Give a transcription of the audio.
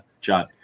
John